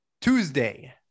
Tuesday